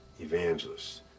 evangelists